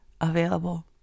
available